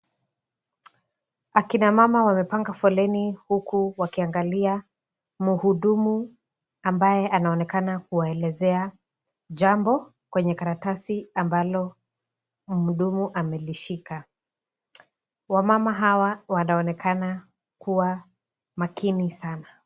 Akina mama wamepanga foleni huku wakiangalia mhudumu ambaye anaonekana kuwaelezea jambo kwenye karatasi ambalo mhudumu amelishika. Wamama hawa wanaonekana kuwa makini sana.